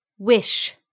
Wish